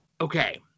Okay